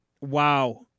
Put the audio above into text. Wow